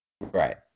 Right